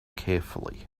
carefully